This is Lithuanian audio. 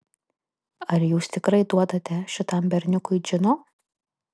ar jūs tikrai duodate šitam berniukui džino